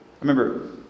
remember